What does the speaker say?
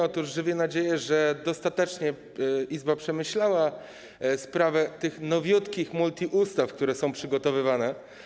Otóż żywię nadzieję, że dostatecznie Izba przemyślała sprawę tych nowiutkich multiustaw, które są przygotowywane.